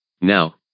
Now